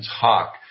talk